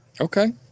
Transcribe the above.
okay